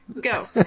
Go